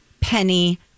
penny